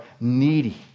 needy